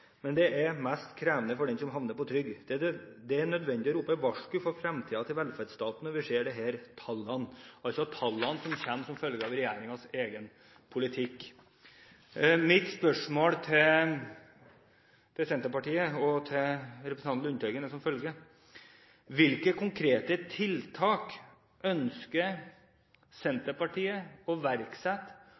men det er mest krevende for den som havner på trygd. Det er nødvendig å rope varsku for fremtiden til velferdsstaten når vi ser disse tallene.» Tallene kommer altså som følge av regjeringens egen politikk. Mitt spørsmål til Senterpartiet og til representanten Lundteigen er som følger: Hvilke konkrete tiltak ønsker Senterpartiet å iverksette